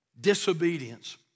disobedience